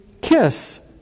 kiss